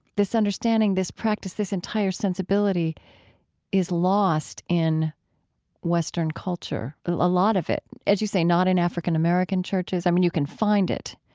this understanding, this practice and this entire sensibility is lost in western culture, a lot of it. as you say, not in african-american churches. i mean you can find it.